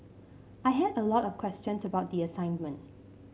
I had a lot of questions about the assignment